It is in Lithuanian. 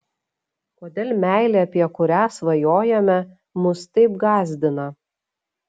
kodėl meilė apie kurią svajojame mus taip gąsdina